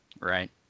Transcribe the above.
right